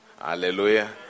Hallelujah